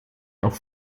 auf